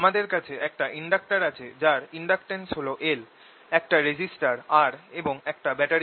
আমাদের কাছে একটা ইন্ডাক্টর আছে যার ইডাক্টেন্স হল L একটা রেজিস্টর r এবং একটা ব্যাটারি